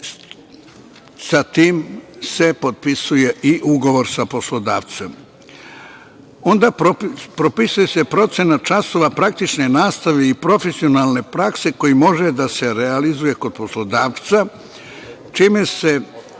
Sa tim se potpisuje i ugovor sa poslodavcem. Onda, propisuje se procenat časova praktične nastave i profesionalne prakse koji može da se realizuje kod poslodavca, čime se